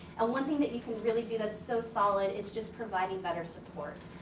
and one thing that you can really do that's so solid is just providing better support.